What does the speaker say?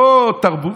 לא תרבות,